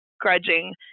grudging